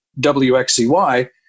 WXCY